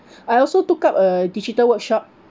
I also took up a digital workshop